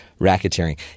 Racketeering